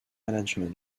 management